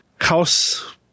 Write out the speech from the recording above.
house